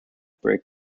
brick